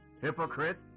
Hypocrite